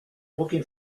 looking